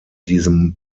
diesem